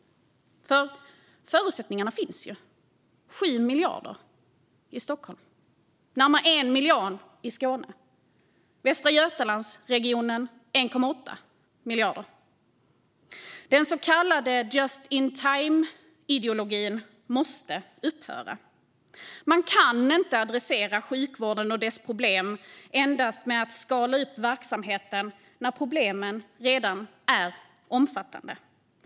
Förutsättningarna finns ju - 7 miljarder i Stockholm och närmare 1 miljard i Skåne. Västra Götalandsregionen har ett överskott på 1,8 miljarder. Den så kallade just-in-time-ideologin måste upphöra. Man kan inte adressera sjukvården och dess problem genom att skala upp verksamheten endast när problemen redan är omfattande.